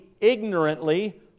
ignorantly